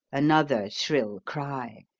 another shrill cry,